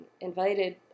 invited